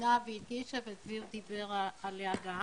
מבינה והדגישה ודביר דיבר עליה גם